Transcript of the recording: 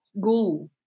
go